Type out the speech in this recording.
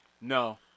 No